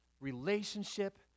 relationship